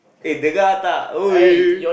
eh that guy atta !oi!